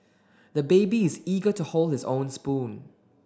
the baby is eager to hold his own spoon